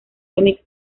remix